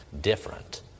different